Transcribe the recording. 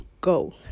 Go